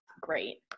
Great